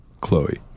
Chloe